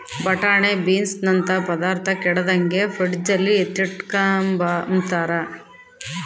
ಬಟಾಣೆ ಬೀನ್ಸನಂತ ಪದಾರ್ಥ ಕೆಡದಂಗೆ ಫ್ರಿಡ್ಜಲ್ಲಿ ಎತ್ತಿಟ್ಕಂಬ್ತಾರ